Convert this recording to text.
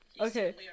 Okay